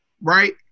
right